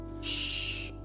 Shh